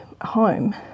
home